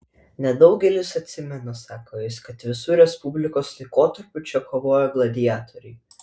nedaugelis atsimena sako jis kad visu respublikos laikotarpiu čia kovojo gladiatoriai